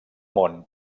món